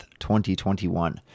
2021